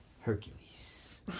Hercules